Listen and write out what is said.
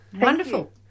Wonderful